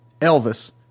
Elvis